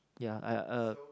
ya I uh